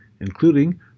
including